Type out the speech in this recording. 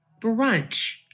brunch